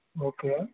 okay